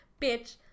bitch